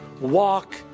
Walk